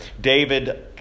David